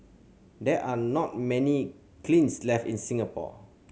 there are not many kilns left in Singapore